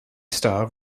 star